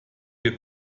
wir